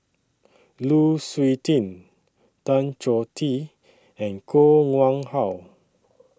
Lu Suitin Tan Choh Tee and Koh Nguang How